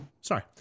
Sorry